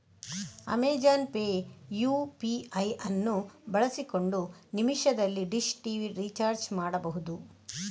Amazon Pay UPI ಅನ್ನು ಬಳಸಿಕೊಂಡು ನಿಮಿಷದಲ್ಲಿ ಡಿಶ್ ಟಿವಿ ರಿಚಾರ್ಜ್ ಮಾಡ್ಬಹುದು